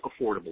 affordable